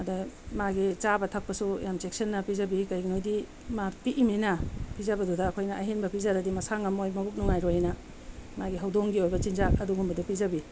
ꯑꯗ ꯃꯥꯒꯤ ꯆꯥꯕ ꯊꯛꯄꯁꯨ ꯌꯥꯝ ꯆꯦꯛꯁꯤꯟꯅ ꯄꯤꯖꯕꯤ ꯀꯩꯒꯤꯅꯣꯗꯤ ꯃꯥ ꯄꯤꯛꯏꯃꯤꯅ ꯄꯤꯖꯕꯗꯨꯗ ꯑꯩꯈꯣꯏꯅ ꯑꯍꯦꯟꯕ ꯄꯤꯖꯔꯗꯤ ꯃꯁꯥ ꯉꯝꯃꯣꯏ ꯃꯕꯨꯛ ꯅꯨꯡꯉꯥꯏꯔꯣꯏꯅ ꯃꯥꯒꯤ ꯍꯧꯗꯣꯡꯒꯤ ꯑꯣꯏꯕ ꯆꯤꯟꯖꯥꯛ ꯑꯗꯨꯒꯨꯝꯕꯗꯣ ꯄꯤꯖꯕꯤ